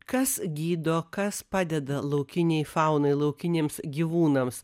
kas gydo kas padeda laukinei faunai laukiniams gyvūnams